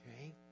Okay